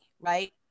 right